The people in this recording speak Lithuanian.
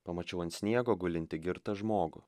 pamačiau ant sniego gulintį girtą žmogų